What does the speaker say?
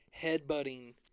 headbutting